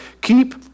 Keep